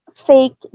fake